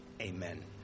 amen